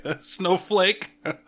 snowflake